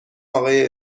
آقای